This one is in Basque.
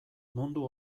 mundu